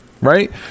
Right